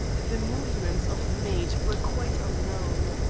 the movements of the maid were quite unknown.